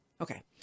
okay